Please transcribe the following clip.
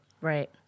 Right